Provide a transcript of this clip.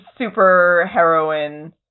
superheroine